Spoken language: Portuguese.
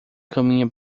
caminha